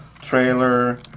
trailer